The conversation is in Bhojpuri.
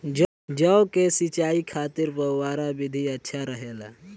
जौ के सिंचाई खातिर फव्वारा विधि अच्छा रहेला?